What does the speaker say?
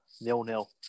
nil-nil